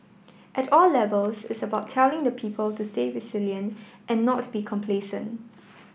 at all levels it's about telling the people to stay resilient and not be complacent